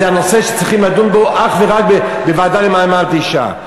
זה הנושא שצריכים לדון בו אך ורק בוועדה למעמד האישה.